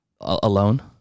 alone